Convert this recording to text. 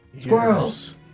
Squirrels